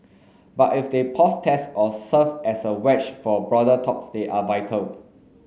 but if they pause test or serve as a wedge for broader talks they are vital